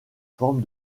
forme